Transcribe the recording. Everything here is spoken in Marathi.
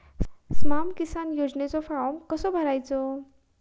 स्माम किसान योजनेचो फॉर्म कसो भरायचो?